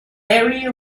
area